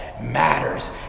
matters